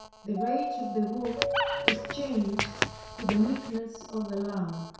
the rage of the wolf is changed to the meekness of the lamb.